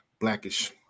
blackish